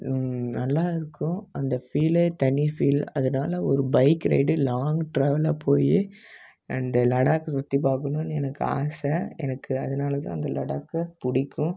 நல்லா இருக்கும் அந்த ஃபீலே தனி ஃபீல் அதனால ஒரு பைக் ரைடு லாங் ட்ராவலாக போய் அண்டு லடாக் சுற்றி பார்க்கணுன்னு ஆசை எனக்கு அதனாலதான் அந்த லடாக்கை பிடிக்கும்